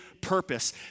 purpose